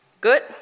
Good